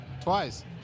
Twice